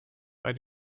bei